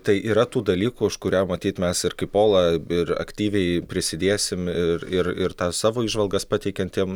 tai yra tų dalykų už kurią matyt mes ir kaip pola ir aktyviai prisidėsim ir ir ir tas savo įžvalgas pateikiant jiem